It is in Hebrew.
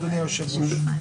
אדוני היושב-ראש.